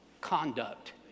conduct